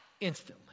instantly